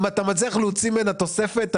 אם אתה מצליח להוציא ממנה תוספת,